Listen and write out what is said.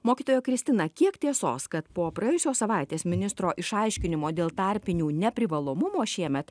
mokytoja kristina kiek tiesos kad po praėjusios savaitės ministro išaiškinimo dėl tarpinių neprivalomumo šiemet